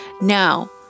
Now